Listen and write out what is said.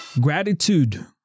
Gratitude